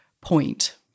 point